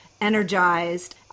energized